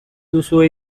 duzue